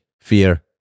fear